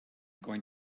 going